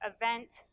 event